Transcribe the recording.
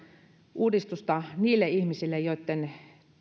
uudistusta niille ihmisille joitten